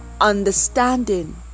understanding